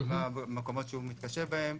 מה המקומות שהוא מתקשה בהם.